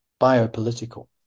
biopolitical